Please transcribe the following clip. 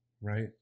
right